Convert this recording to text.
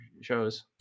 shows